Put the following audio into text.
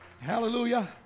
hallelujah